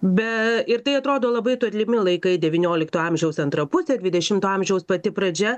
be ir tai atrodo labai tolimi laikai devyniolikto amžiaus antra pusė dvidešimto amžiaus pati pradžia